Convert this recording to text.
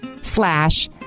Slash